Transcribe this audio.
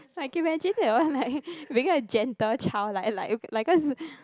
I can imagine they all like become a gentle child like like like cause